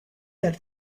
that